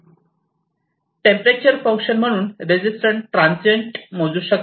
temperature function म्हणून आपण resistance transient मोजू शकता